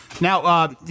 Now